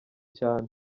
cyane